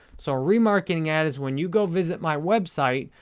so, a remarketing ad is when you go visit my website,